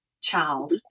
child